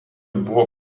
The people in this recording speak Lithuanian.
buvo